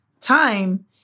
time